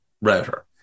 router